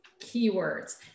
keywords